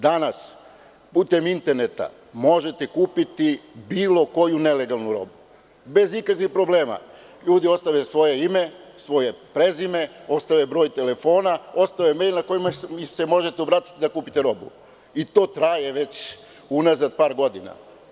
Danas, putem interneta možete kupiti bilo koju nelegalnu robu, bez ikakvih problema, ljudi ostave svoje ime, svoje prezime, ostave broj telefona, ostave mejl na koji se možete obratiti da kupite robu i to traje unazad već par godina.